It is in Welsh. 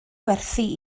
gwerthu